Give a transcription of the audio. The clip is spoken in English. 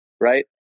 right